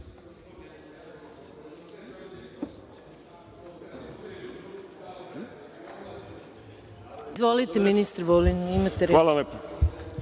Hvala lepo. Da